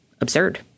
absurd